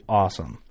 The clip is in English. awesome